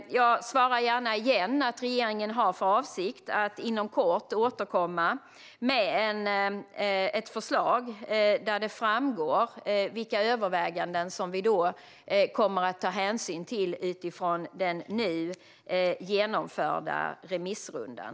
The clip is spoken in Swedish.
Jag svarar gärna igen: Regeringen har för avsikt att återkomma inom kort med ett förslag där det framgår vilka överväganden som vi kommer att ta hänsyn till utifrån den nu genomförda remissrundan.